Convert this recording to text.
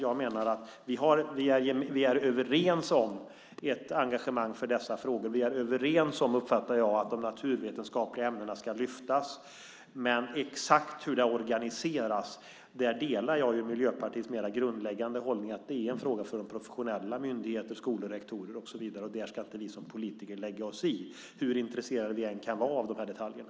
Jag menar att vi är överens om ett engagemang i dessa frågor. Jag uppfattar att vi är överens om att de naturvetenskapliga ämnena ska lyftas fram. Men när det gäller exakt hur det ska organiseras delar jag Miljöpartiets mer grundläggande hållning; det är en fråga för de professionella myndigheterna, skolor, rektorer och så vidare. Det ska inte vi som politiker lägga oss i hur intresserade vi än kan vara av de här detaljerna.